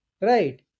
Right